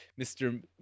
Mr